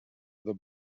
the